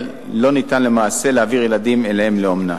לעיל לא ניתן למעשה להעביר ילדים אליהן לאומנה.